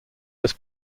was